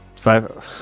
Five